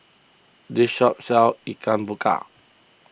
this shop sells Ikan Bakar